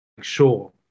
sure